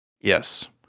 Yes